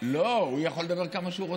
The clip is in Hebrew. לא, הוא יכול לדבר כמה שהוא רוצה.